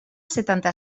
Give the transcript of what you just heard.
setanta